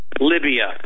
Libya